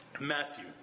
Matthew